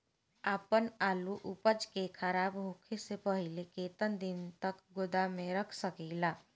आपन आलू उपज के खराब होखे से पहिले केतन दिन तक गोदाम में रख सकिला?